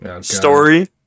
story